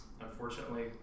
unfortunately